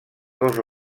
dos